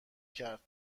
کرد